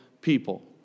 people